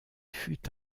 fut